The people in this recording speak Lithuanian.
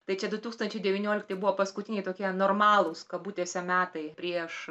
tai čia du tūkstančiai devyniolikti buvo paskutiniai tokie normalūs kabutėse metai prieš